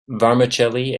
vermicelli